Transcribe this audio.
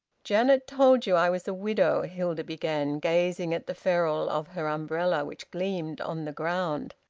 janet told you i was a widow, hilda began, gazing at the ferule of her umbrella, which gleamed on the ground.